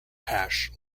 hash